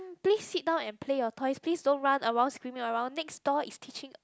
please sit down and play your toys please don't run around screaming around next door is teaching